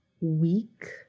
week